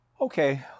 Okay